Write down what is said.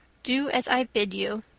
do as i bid you.